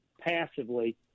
passively